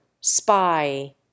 spy